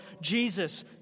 Jesus